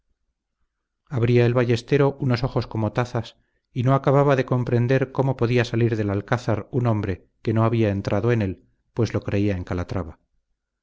abría el ballestero unos ojos como tazas y no acababa de comprender cómo podía salir del alcázar un hombre que no había entrado en él pues lo creía en calatrava